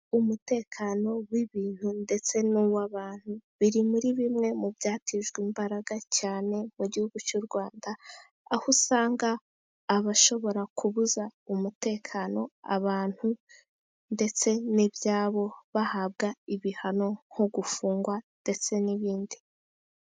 Umutekano w'ibintu ndetse n'uw'abantu biri muri bimwe mu byatijwe imbaraga cyane mu gihugu cy'u Rwanda, aho usanga abashobora kubuza umutekano abantu ndetse n'ibyabo bahabwa ibihano, nko gufungwa ndetse n'ibindi.